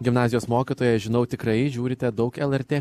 gimnazijos mokytoja žinau tikrai žiūrite daug lrt